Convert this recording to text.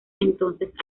entonces